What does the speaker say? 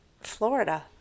Florida